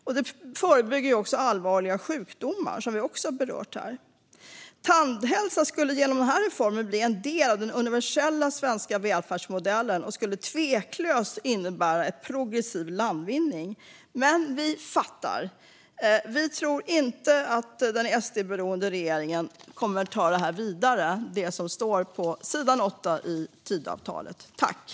Det förebygger också allvarliga sjukdomar, som vi också har berört här. Tandhälsa skulle genom denna reform bli en del av den universella svenska välfärdsmodellen och skulle tveklöst innebära en progressiv landvinning. Men vi fattar. Vi tror inte att den SD-beroende regeringen kommer att ta det som står på sidan 8 i Tidöavtalet vidare.